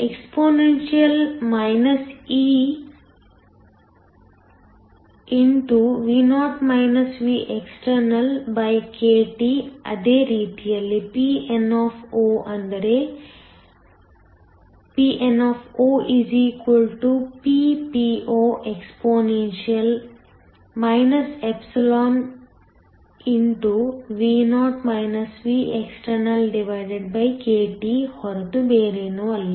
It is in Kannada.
exp ekT ಅದೇ ರೀತಿ Pn0 ಅಂದರೆ Pn0 Ppoexp ekT ಹೊರತು ಬೇರೇನೂ ಅಲ್ಲ